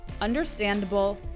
understandable